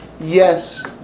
yes